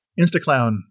Instaclown